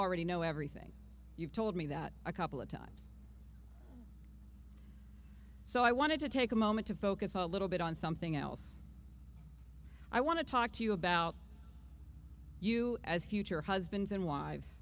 already know everything you've told me that a couple of times so i wanted to take a moment to focus a little bit on something else i want to talk to you about you as future husbands and wives